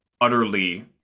utterly